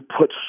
put